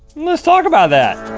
let's talk about that!